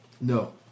No